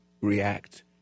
react